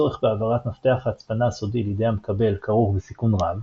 הצורך בהעברת מפתח ההצפנה הסודי לידי המקבל כרוך בסיכון רב.